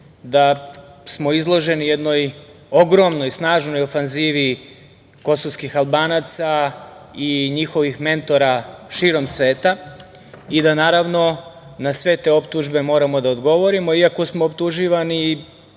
da smo izloženi jednoj ogromnoj, snažnoj ofanzivi kosovskih Albanaca i njihovih mentora širom sveta i da, naravno, na sve te optužbe moramo da odgovorimo, iako smo optuživani